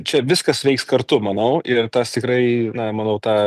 čia viskas veiks kartu manau ir tas tikrai na manau tą